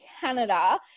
Canada